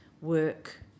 work